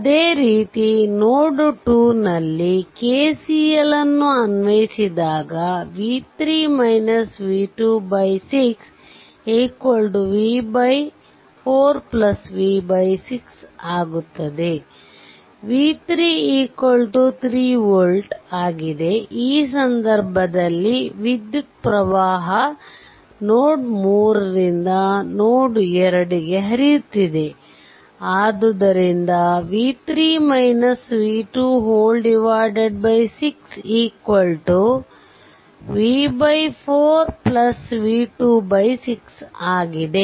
ಅದೇ ರೀತಿ ನೋಡ್ 2 ನಲ್ಲಿ KCL ಅನ್ವಯಿಸಿದಾಗ 6v4v6 ಆಗುತ್ತದೆ v3 3 v ಆಗಿದೆ ಈ ಸಂದರ್ಭದಲ್ಲಿ ವಿದ್ಯುತ್ ಪ್ರವಾಹ ವು ನೋಡ್ 3 ರಿಂದ ನೋಡ್ 2 ಗೆ ಹರಿಯುತ್ತಿದೆ ಆದ್ದರಿಂದ 6 v4 v26ಆಗಿದೆ